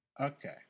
okay